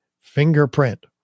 fingerprint